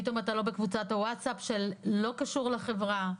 פתאום אתה לא בקבוצת הוואצאפ שלא קשורה לחברה.